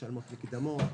משלמות מקדמות,